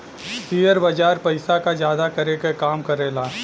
share बाजार पइसा क जादा करे क काम करेला